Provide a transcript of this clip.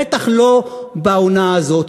בטח לא בעונה הזאת.